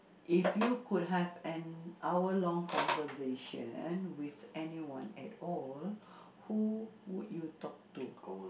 if you could have an hour long conversation with anyone at all who would you talk to